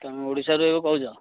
ତମେ ଓଡ଼ିଶାରୁ କହୁଛ